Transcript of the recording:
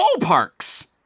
ballparks